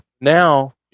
now